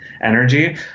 energy